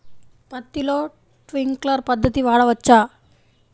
పత్తిలో ట్వింక్లర్ పద్ధతి వాడవచ్చా?